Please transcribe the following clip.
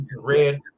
red